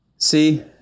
see